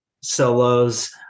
solos